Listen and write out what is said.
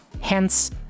hence